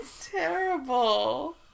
terrible